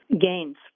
gains